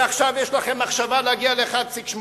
ועכשיו יש לכם מחשבה להגיע ל-1.8.